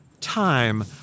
time